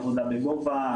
עבודה בגובה,